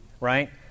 Right